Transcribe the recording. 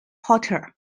potter